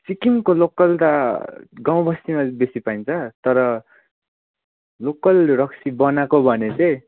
सिक्किमको लोकल त गाउँ बस्तीमा बेसी पाइन्छ तर लोकल रक्सी बनाएको भने चाहिँ